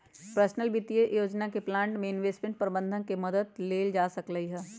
personal वित्तीय योजना के प्लान में इंवेस्टमेंट परबंधक के मदद लेल जा सकलई ह